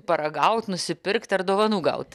paragaut nusipirkt ar dovanų gaut